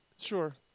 Sure